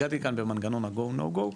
הגעתי לכאן במנגנון ה-"go/no go".